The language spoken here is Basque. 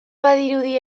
badirudi